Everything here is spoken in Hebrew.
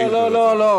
לא, לא.